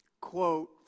quote